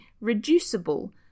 reducible